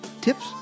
Tips